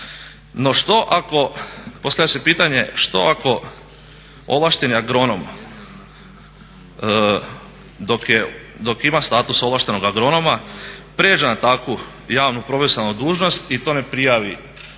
No, što ako, postavlja se pitanje što ako ovlašteni agronom dok ima status ovlaštenog agronoma pređe na takvu javnu profesionalnu dužnost i to ne prijavi